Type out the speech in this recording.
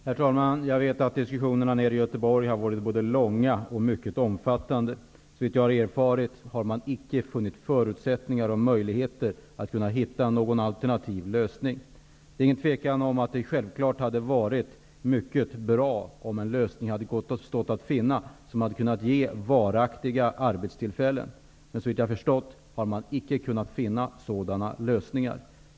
Herr talman! Jag vet att diskussionerna nere i Göteborg har varit både långa och mycket omfattande. Såvitt jag har erfarit har man icke funnit förutsättningar och möjligheter att hitta någon alternativ lösning. Det är ingen tvekan om att det hade varit mycket bra om en lösning hade stått att finna som hade kunnat ge varaktiga arbetstillfällen. Men såvitt jag har förstått har man icke kunnat finna sådana lösningar.